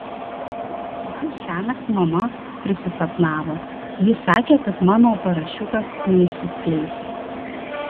man šiąnakt mama prisisapnavo ji sakė kad mano parašiutas neišsiskleis